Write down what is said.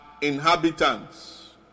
inhabitants